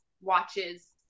watches